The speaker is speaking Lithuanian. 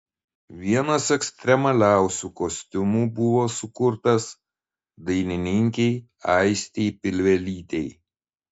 vienas ekstremaliausių kostiumų buvo sukurtas dainininkei aistei pilvelytei